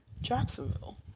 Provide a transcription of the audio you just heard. Jacksonville